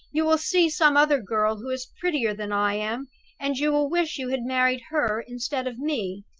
you will see some other girl who is prettier than i am and you will wish you had married her instead of me!